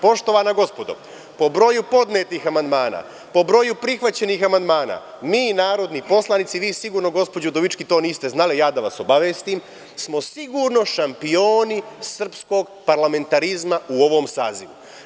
Poštovana gospodo, po broju podnetih amandmana, po broju prihvaćenih amandmana, mi narodni poslanici, vi sigurno, gospođo Udovički, niste znali, da vas obavestim, smo sigurno šampioni srpskog parlamentarizma u ovom sazivu.